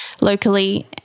locally